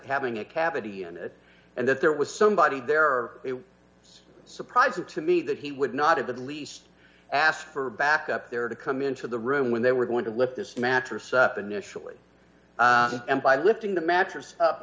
having a cavity in it and that there was somebody there or it was surprising to me that he would not have at least asked for backup there to come into the room when they were going to lift this mattress up initially by lifting the mattress up